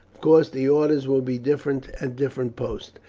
of course the orders will be different at different posts,